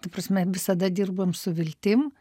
ta prasme visada dirbam su viltim